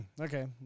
Okay